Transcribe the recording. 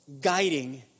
guiding